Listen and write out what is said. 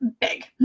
big